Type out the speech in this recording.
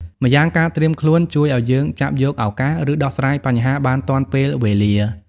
ម្យ៉ាងការត្រៀមខ្លួនជួយឱ្យយើងចាប់យកឱកាស ឬដោះស្រាយបញ្ហាបានទាន់ពេលវេលា។